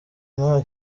nta